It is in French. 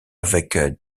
avec